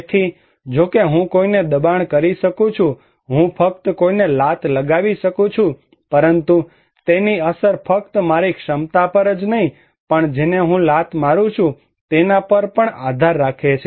તેથી જોકે હું કોઈને દબાણ કરી શકું છું હું ફક્ત કોઈને લાત લગાવી શકું છું પરંતુ તેની અસર ફક્ત મારી ક્ષમતા પર જ નહીં પણ જેને હું લાત મારું છું તેના પર પણ આધાર રાખે છે